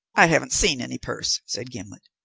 i haven't seen any purse, said gimblet.